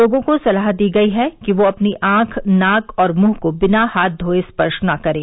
लोगों को सलाह दी गई है कि ये अपनी आंख नाक और मुंह को बिना हाथ धोये स्पर्श न करें